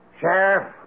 Sheriff